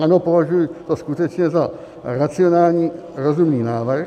Ano, považuji to skutečně za racionální, rozumný návrh.